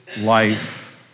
life